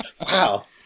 Wow